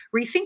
rethink